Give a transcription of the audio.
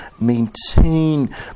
maintain